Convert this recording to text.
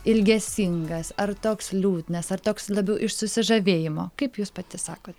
ilgesingas ar toks liūdnas ar toks labiau iš susižavėjimo kaip jūs pati sakot